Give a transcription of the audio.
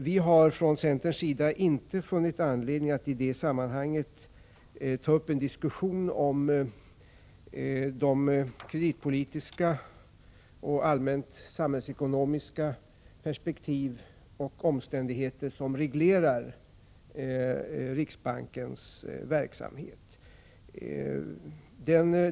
Vi har från centerns sida inte funnit anledning att i det sammanhanget ta upp en diskussion om de kreditpolitiska och allmänt samhällsekonomiska perspek tiv och omständigheter som reglerar riksbankens verksamhet.